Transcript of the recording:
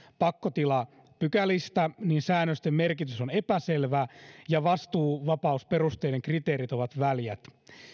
pakkotilapykälistä säännösten merkitys on epäselvä ja vastuuvapausperusteiden kriteerit ovat väljät